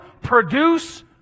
produce